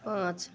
पाँच